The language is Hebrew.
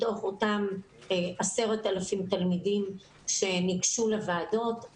מתוך אותם 10,000 תלמידים שניגשו לוועדות,